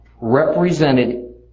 represented